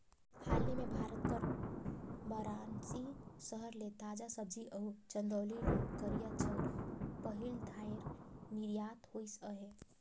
हाले में भारत कर बारानसी सहर ले ताजा सब्जी अउ चंदौली ले करिया चाँउर पहिल धाएर निरयात होइस अहे